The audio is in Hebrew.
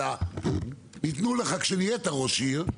אלא ניתנו לך כשנהיית ראש עיר,